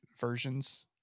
versions